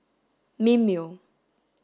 Mimeo